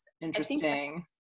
interesting